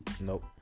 nope